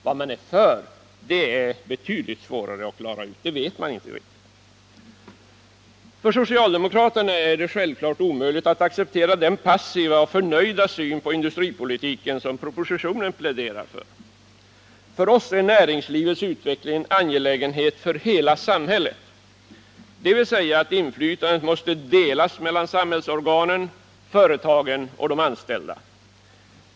Vad man är för är betydligt svårare att klara ut — det vet man inte riktigt. För socialdemokraterna är det självfallet omöjligt att acceptera den passiva och förnöjda syn på industripolitiken som propositionen pläderar för. För oss är näringslivets utveckling en angelägenhet för hela samhället, dvs. inflytandet måste delas mellan samhällsorganen, företagen och de anställda.